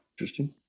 Interesting